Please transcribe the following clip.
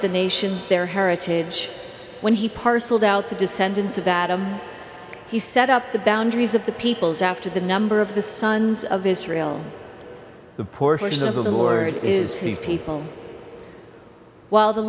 the nations their heritage when he parceled out the descendants of that he set up the boundaries of the peoples after the number of the sons of israel the portion of the lord is his people while the